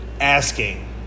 asking